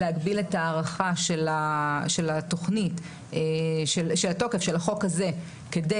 להגביל את ההארכה של התוקף של החוק הזה כדי